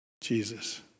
Jesus